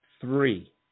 three